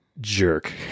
jerk